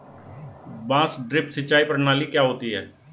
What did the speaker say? बांस ड्रिप सिंचाई प्रणाली क्या होती है?